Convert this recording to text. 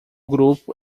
grupo